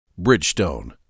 Bridgestone